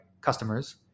customers